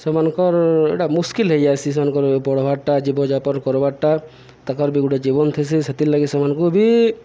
ସେମାନଙ୍କର ଏଇଟା ମୁସ୍କିଲ୍ ହେଇଯାଇସି ସେମାନଙ୍କ ବଢ଼ବାରଟା ଜୀବଯାପନ କର୍ବାରଟା ତାଙ୍କର ବି ଗୋଟେ ଜୀବନ ଥିସି ସେଥିର୍ଲାଗି ସେମାନଙ୍କୁ ବି